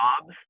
jobs